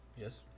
Yes